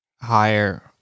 higher